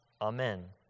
Amen